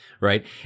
right